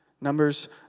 Numbers